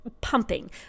pumping